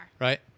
Right